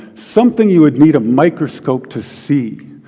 something you would need a microscope to see.